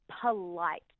polite